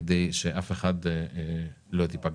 כדי שאף אחת לא תיפגע.